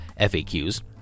FAQs